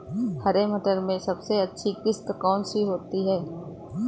हरे मटर में सबसे अच्छी किश्त कौन सी होती है?